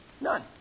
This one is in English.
None